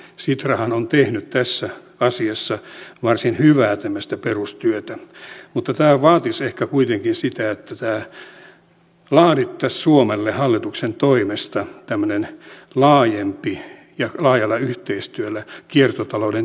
sitrahan on tehnyt tässä asiassa varsin hyvää tämmöistä perustyötä mutta tämä vaatisi ehkä kuitenkin sitä että laadittaisiin suomelle hallituksen toimesta ja laajalla yhteistyöllä tämmöinen laajempi kiertotalouden tiekartta